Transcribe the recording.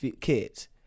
kids